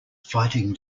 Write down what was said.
fighting